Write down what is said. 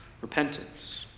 repentance